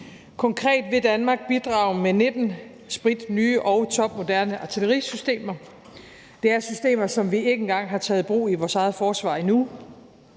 Konkret vil Danmark bidrage med 19 spritnye og topmoderne artillerisystemer. Det er systemer, som vi ikke engang har taget i brug i vores eget forsvar endnu.